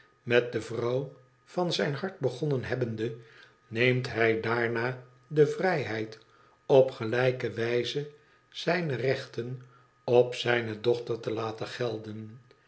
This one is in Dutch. met de vrouw van zijn hart begonnen hebbende neemt hij daarna de vrijheid op gelijke wijze zijne rechten op zijne dochter te laten gelden